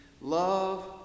love